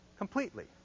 Completely